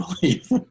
believe